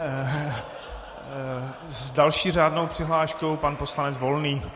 S další řádnou přihláškou pan poslanec Volný.